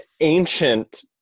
ancient